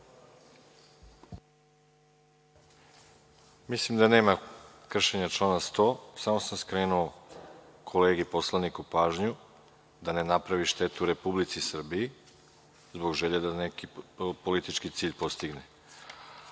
Mislim da nema kršenja člana 100, samo sam skrenuo kolegi poslaniku pažnju, da ne napravi štetu Republici Srbiji, zbog želje da postigne neki politički cilj. Takođe,